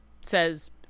says